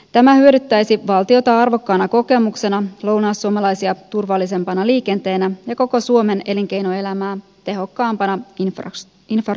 tämä hyödyttäisi valtiota arvokkaana kokemuksena lounaissuomalaisia turvallisempana liikenteenä ja koko suomen elinkeinoelämää tehokkaampana infrastruktuurina